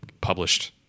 published